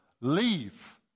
Leave